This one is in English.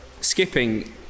skipping